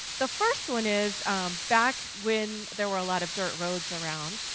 the first one is back when there were a lot of dirt roads around.